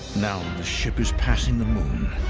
now the ship is passing the moon.